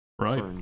Right